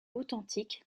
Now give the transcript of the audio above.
authentiques